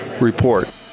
report